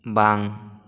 ᱵᱟᱝ